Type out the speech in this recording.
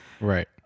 Right